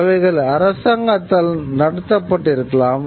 அவைகள் அரசாங்கத்தால் நடத்தப்பட்டிருக்கலாம்